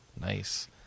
nice